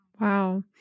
Wow